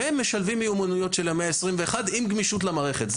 ומשלבים מיומנויות של המאה ה-21 עם גמישות למערכת.